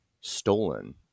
stolen